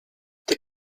the